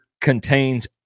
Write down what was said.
contains